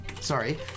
Sorry